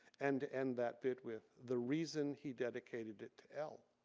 and and that bit with the reason he dedicated it to ell